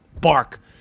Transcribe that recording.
bark